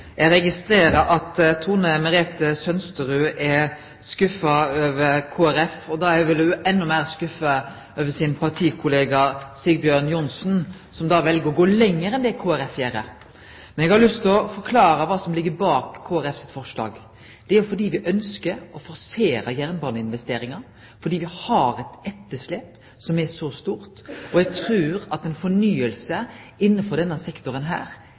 å gå lenger enn det Kristeleg Folkeparti gjer. Eg har lyst til å forklare kva som ligg bak Kristeleg Folkepartis forslag: Det er at me ønskjer å forsere jernbaneinvesteringar fordi me har eit etterslep som er så stort, og eg trur at ei fornying innanfor denne sektoren